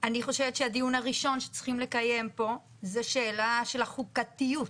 אני חושבת שהדיון הראשון שצריכים לקיים פה זה שאלה של החוקתיות.